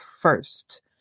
first